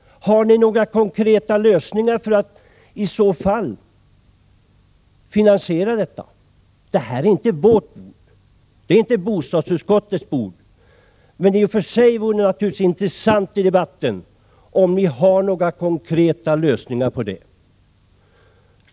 Har ni några konkreta lösningar för detta? Det här är inte bostadsutskottets bord, men det vore naturligtvis intressant att i debatten få höra om ni har några sådana besked.